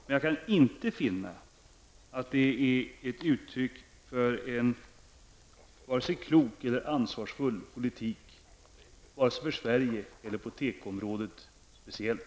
Men jag kan inte finna att det är ett uttryck för en klok eller ansvarsfull politik vare sig för Sverige eller på tekoområdet speciellt.